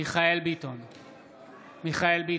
מיכאל מרדכי ביטון,